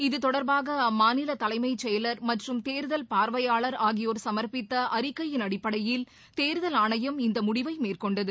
இது தொடர்பாக அம்மாநில தலைமைச் செயலர் மற்றும் தேர்தல் பார்வையாளர் ஆகியோர் சமர்பித்த அறிக்கையின் அடிப்படையில் தேர்தல் ஆனையம் இந்த முடிவை மேற்கொண்டது